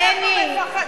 ממך, מכם אנחנו מפחדים.